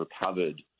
recovered